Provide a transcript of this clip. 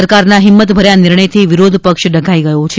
સરકારના હિમત ભર્યા નિર્ણયથી વિરોધ પક્ષ ડઘાઇ ગયો છે